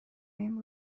این